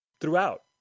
throughout